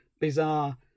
bizarre